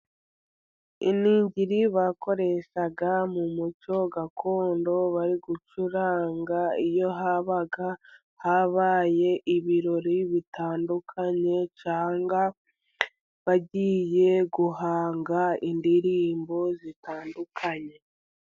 Iningiri bakoreshaga mu muco gakondo bari gucuranga, iyo habaga habaye ibirori bitandukanye, cyangwa bagiye guhanga indirimbo zitandukanye.